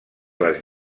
les